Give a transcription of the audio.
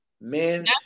Men